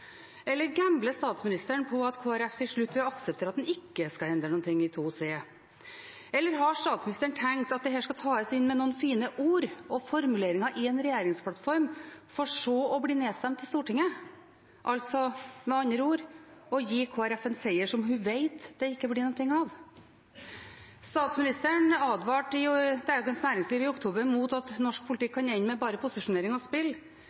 Gambler statsministeren med at Kristelig Folkeparti til slutt vil akseptere at man ikke endrer noe i § 2c? Eller har statsministeren tenkt at dette skal tas inn med noen fine ord og formuleringer i en regjeringsplattform, for så å bli nedstemt i Stortinget, altså med andre ord gi Kristelig Folkeparti en seier som hun vet det ikke blir noe av? Statsministeren advarte i Dagens Næringsliv i oktober mot at norsk politikk kan ende med bare posisjonering og spill.